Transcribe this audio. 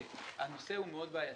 והנושא הוא מאוד בעייתי.